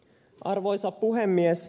arvoisa puhemies